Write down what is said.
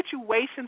situations